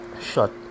shot